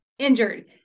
injured